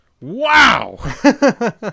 Wow